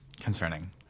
concerning